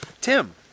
Tim